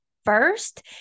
First